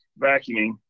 vacuuming